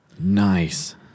nice